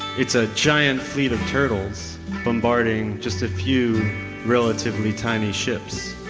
it's a giant fleet of turtles bombarding just a few relatively tiny ships.